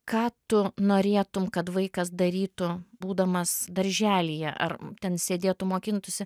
ką tu norėtum kad vaikas darytų būdamas darželyje ar ten sėdėtų mokintųsi